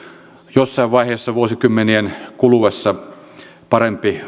jossain vaiheessa vuosikymmenien kuluessa parempi